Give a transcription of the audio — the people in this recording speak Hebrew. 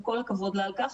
וכל הכבוד לה על כך,